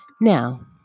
Now